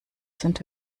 sind